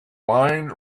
mind